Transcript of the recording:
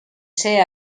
ser